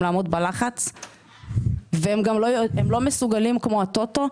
לעמוד בלחץ והם גם לא מסוגלים כמו ה-טוטו,